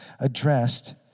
addressed